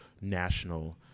national